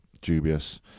dubious